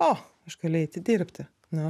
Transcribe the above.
o aš galiu eiti dirbti na